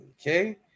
Okay